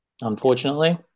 unfortunately